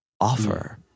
offer